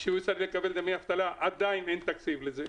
שהוא צריך לקבל דמי אבלה, עדיין אין תקציב לזה.